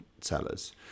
sellers